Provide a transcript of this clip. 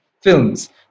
films